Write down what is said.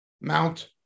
Mount